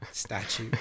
statue